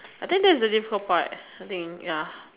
I think that's the difficult part I think ya